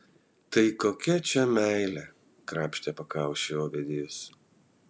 tai kokia čia meilė krapštė pakaušį ovidijus